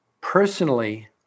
Personally